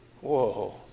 Whoa